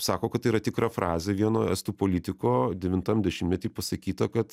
sako kad tai yra tikra frazė vieno estų politiko devintam dešimtmety pasakyta kad